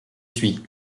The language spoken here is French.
suis